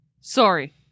Sorry